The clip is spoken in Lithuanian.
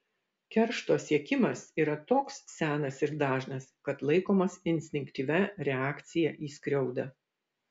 keršto siekimas yra toks senas ir dažnas kad laikomas instinktyvia reakcija į skriaudą